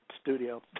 studio